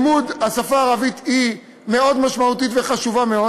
לימוד השפה הערבית הוא משמעותי מאוד וחשוב מאוד.